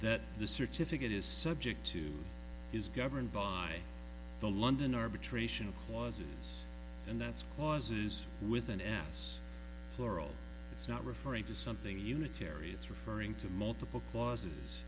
that the certificate is subject to is governed by the london arbitration clauses and that's clauses with an ass plural it's not referring to something unitary it's referring to multiple clauses